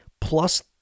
plus